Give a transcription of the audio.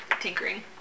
tinkering